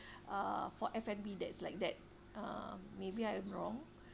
uh for f and b that's like that uh maybe I'm wrong